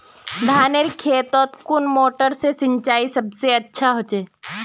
धानेर खेतोत कुन मोटर से सिंचाई सबसे अच्छा होचए?